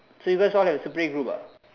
so you guys all got separate group ah